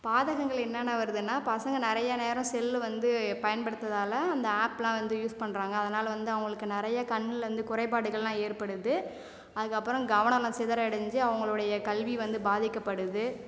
பாதஹங்கள் என்னென்ன வருதுனா பசங்க நிறைய நேரம் செல்லு வந்து பயன்படுத்துறதுதால் அந்த ஆப்லாம் வந்து யூஸ் பண்றாங்க அதனால் வந்து அவங்களுக்கு நிறைய கண்ணில் வந்து குறைபாடுகள்லாம் ஏற்படுது அதுக்கப்றம் கவனோம்லாம் சிதரடஞ்சு அவங்களுடைய கல்வி வந்து பாதிக்கப்படுது